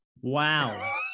Wow